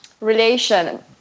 Relation